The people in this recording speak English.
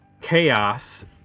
chaos